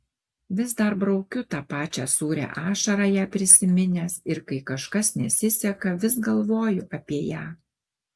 vis dar braukiu tą pačią sūrią ašarą ją prisiminęs ir kai kažkas nesiseka vis galvoju apie ją